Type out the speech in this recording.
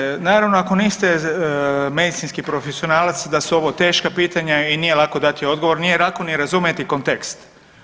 Ma gledajte, naravno ako niste medicinski profesionalac da su ovo teška pitanja i nije lako dati odgovor, nije lako ni razumjeti kontekst.